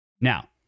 Now